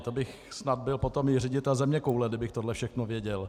To bych snad byl potom i ředitel zeměkoule, kdybych tohle všechno věděl.